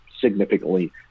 significantly